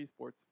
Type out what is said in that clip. esports